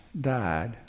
died